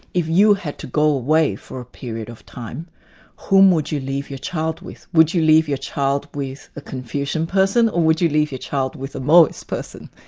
if you had to go away for a period of time whom would you leave your child with? would you leave your child with a confucian person, or would you leave your child with a mohist person?